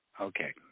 Okay